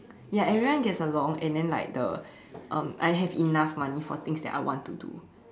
ya everyone gets along and then like the um I have enough money for things I want to do